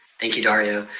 thank you, dario.